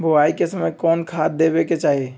बोआई के समय कौन खाद देवे के चाही?